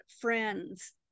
friends